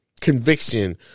conviction